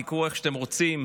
תקראו לזה איך שאתם רוצים,